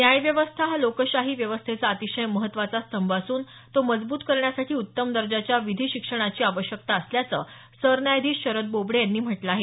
न्यायव्यवस्था हा लोकशाही व्यवस्थेचा अतिशय महत्त्वाचा स्तंभ असून तो मजबूत करण्यासाठी उत्तम दर्जाच्या विधी शिक्षणाची आवश्यकता असल्याचं सरन्यायाधीश शरद बोबडे यांनी म्हटलं आहे